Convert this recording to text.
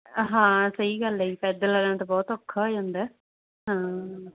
ਹਾਂ ਸਹੀ ਗੱਲ ਹੈ ਜੀ ਪੈਦਲ ਵਾਲਿਆਂ ਨੂੰ ਤਾਂ ਬਹੁਤ ਔਖਾ ਹੋ ਜਾਂਦਾ ਹਾਂ